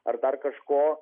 ar dar kažko